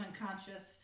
unconscious